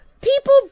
People